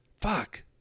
Fuck